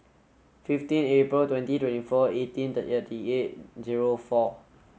fifteen April twenty twenty four eighteen thirty eight zero four